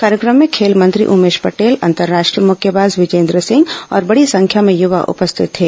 कार्यक्रम में खेल मंत्री उमेश पटेल अंतर्राष्ट्रीय मुक्केबाज विजेंदर सिंह और बड़ी संख्या में युवा उपस्थित थे